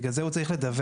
בגלל זה הוא צריך לדווח.